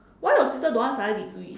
why your sister don't want to study degree